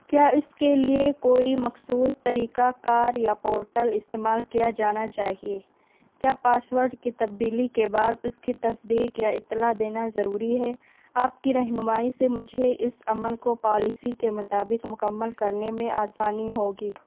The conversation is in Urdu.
کیا اس کے لیے کوئی مخصوص طریقہ کار یا پورٹل استعمال کیا جانا چاہیے کیا پاسورڈ کی تبدیلی کے بعد اس کی تصدیق یا اطلاع دینا ضروری ہے آپ کی رہنمائی سے مجھے اس عمل کو پالیسی کے مطابق مکمل کرنے میں آسانی ہوگی